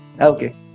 Okay